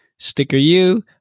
StickerU